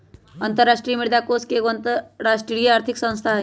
अंतरराष्ट्रीय मुद्रा कोष एगो अंतरराष्ट्रीय आर्थिक संस्था हइ